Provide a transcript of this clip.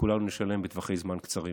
כולנו נשלם בטווחי זמן קצרים.